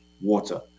water